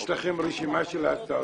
יש לכם רשימה של הצעות החוק?